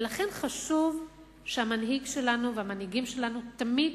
ולכן חשוב שהמנהיג שלנו והמנהיגים שלנו תמיד